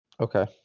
Okay